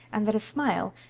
and that a smile,